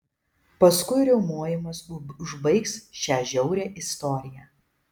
paskui riaumojimas užbaigs šią žiaurią istoriją